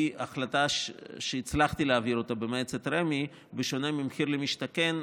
החלטה שהצלחתי להעביר במועצת רמ"י שבשונה ממחיר למשתכן,